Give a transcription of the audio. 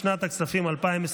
לשנת הכספים 2023,